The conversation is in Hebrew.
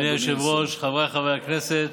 אדוני היושב-ראש, חבריי חברי הכנסת,